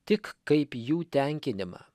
tik kaip jų tenkinimą